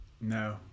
No